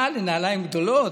אתה, לנעליים גדולות?